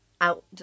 out